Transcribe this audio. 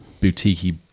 boutique